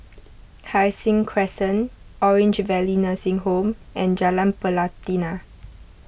Hai Sing Crescent Orange Valley Nursing Home and Jalan Pelatina